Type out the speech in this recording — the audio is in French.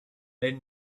elles